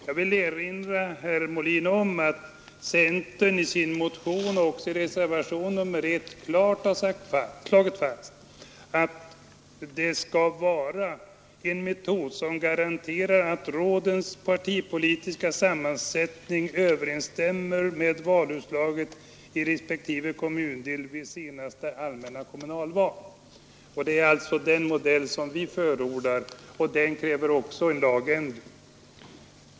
Jag vill erinra herr Molin om att centern i sin motion och i reservationen 1 klart slagit fast att det skall vara en metod som garanterar att rådens partipolitiska sammansättning överensstämmer med valutslaget i respektive kommundel vid senaste allmänna kommunalval. Det är alltså den modell vi förordar och den kräver också en lagändring.